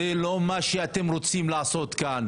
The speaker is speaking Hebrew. זה לא מה שאתם רוצים לעשות כאן.